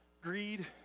greed